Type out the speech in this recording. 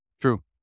True